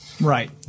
Right